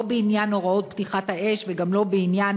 לא בעניין הוראות פתיחה באש וגם לא בעניין